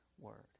word